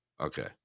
okay